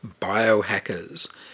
Biohackers